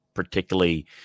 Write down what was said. particularly